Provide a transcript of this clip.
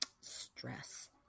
Stress